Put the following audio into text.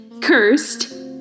Cursed